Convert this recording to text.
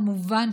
כמובן,